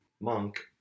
monk